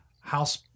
house